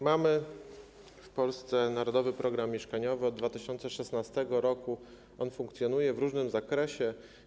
Mamy w Polsce Narodowy Program Mieszkaniowy, od 2016 r. on funkcjonuje, w różnym zakresie.